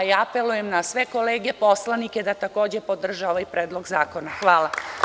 Lično, apelujem na sve kolege poslanike da takođe podrže ovaj predlog zakona. hvala.